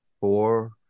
four